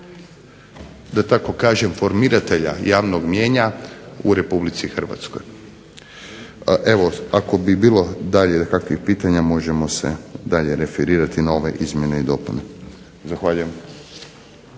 da tako kažem formiratelja javnog mnijenja u Republici Hrvatskoj. Evo ako bi bilo dalje kakvih pitanja, može se dalje referirati na ove izmjene i dopune. Zahvaljujem.